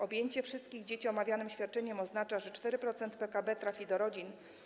Objęcie wszystkich dzieci omawianym świadczeniem oznacza, że 4% PKB trafi do rodzin.